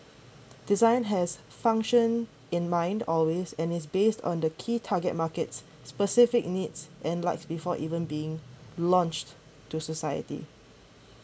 design has function in mind always and is based on the key target markets specific needs and like before even being launched to society